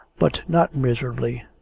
but not miserably.